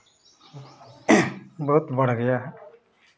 बहुत बढ़ गया है